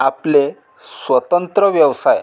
आपले स्वतंत्र व्यवसाय